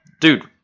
dude